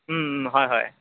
হয় হয়